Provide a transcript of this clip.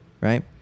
right